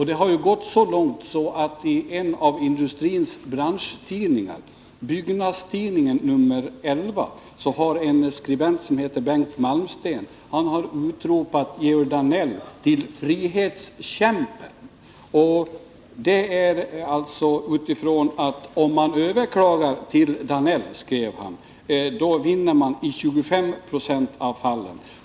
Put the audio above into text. Det har gått så långt att en skribent som heter Bengt Malmsten i en av industrins branschtidningar, Byggnads-Tidningen nr 11, har utropat Georg Danell till ”frihetskämpen”. Det har han gjort utifrån det faktum att om man överklagade till Georg Danell, vann man i 25 90 av fallen.